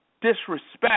disrespect